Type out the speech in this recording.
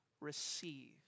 Receive